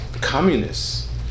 Communists